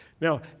Now